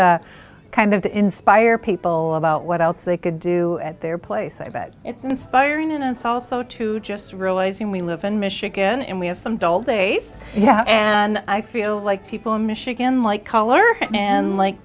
the kind of to inspire people about what else they could do at their place i bet it's inspiring and it's also to just realizing we live in michigan and we have some dull days yeah and i feel like people in michigan like color and like